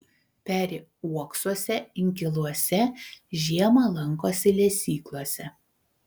peri uoksuose inkiluose žiemą lankosi lesyklose